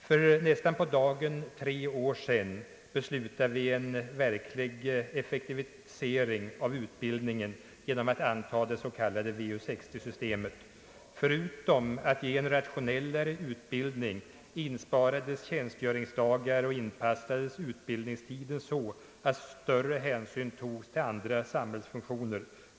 För nästan på dagen tre år sedan beslutade vi en verklig effektivisering av utbildningen genom att anta det s.k. Vu-60-systemet. Förutom att det ger en rationellare utbildning inbesparar detta system tjänstgöringsdagar och utbildningstiden inpassas så att större hänsyn tas till andra samhällsfunktioner.